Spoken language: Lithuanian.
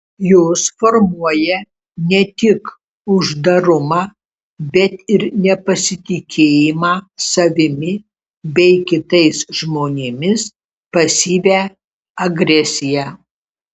jos formuoja ne tik uždarumą bet ir nepasitikėjimą savimi bei kitais žmonėmis pasyvią agresiją